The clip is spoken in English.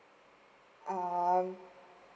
ah